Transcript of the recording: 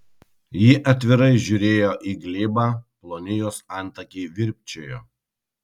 ji atvirai žiūrėjo į glėbą ploni jos antakiai virpčiojo